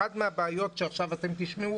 אחת מבעיות שעכשיו תשמעו